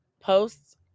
posts